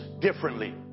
differently